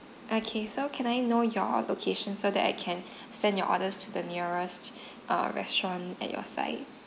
okay so can I know your location so that I can send your orders to the nearest uh restaurant at your side